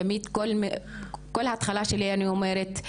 תמיד כל ההתחלה שלי אני אומרת,